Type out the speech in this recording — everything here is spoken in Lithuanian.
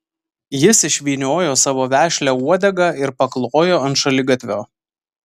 jis išvyniojo savo vešlią uodegą ir paklojo ant šaligatvio